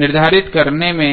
निर्धारित करने में मदद करता है